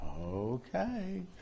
Okay